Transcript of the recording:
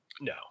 No